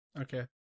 Okay